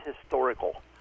historical